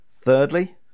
Thirdly